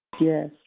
Yes